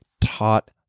taught